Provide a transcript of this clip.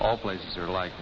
all places are alike